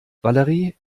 valerie